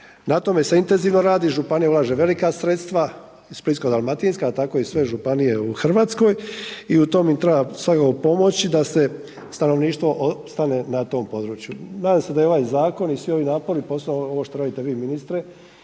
Na tome se intenzivno radi. Županija ulaže velika sredstva Splitsko-dalmatinska, a tako i sve županije u Hrvatskoj i u tom im treba svakako pomoći da stanovništvo ostane na tom području. Nadam se da je ovaj zakon i svi ovi napori posebno ovo što radite vi ministre